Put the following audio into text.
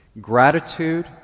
Gratitude